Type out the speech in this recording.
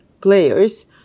players